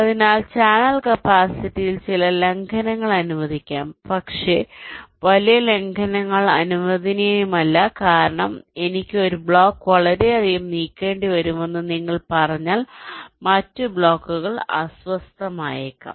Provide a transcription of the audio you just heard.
അതിനാൽ ചാനൽ കപ്പാസിറ്റിയിൽ ചില ലംഘനങ്ങൾ അനുവദിക്കാം പക്ഷേ വലിയ ലംഘനങ്ങൾ അനുവദനീയമല്ല കാരണം എനിക്ക് ഒരു ബ്ലോക്ക് വളരെയധികം നീക്കേണ്ടിവരുമെന്ന് നിങ്ങൾ പറഞ്ഞാൽ മറ്റ് ബ്ലോക്കുകൾ അസ്വസ്ഥമായേക്കാം